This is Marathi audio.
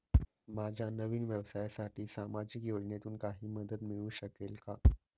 माझ्या नवीन व्यवसायासाठी सामाजिक योजनेतून काही मदत मिळू शकेल का?